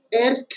Earth